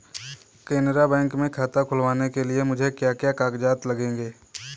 Canara bank में खाता खुलवाने के लिए मुझे क्या क्या कागजात लगेंगे?